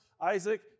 Isaac